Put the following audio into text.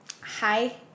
Hi